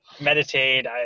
meditate